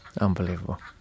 Unbelievable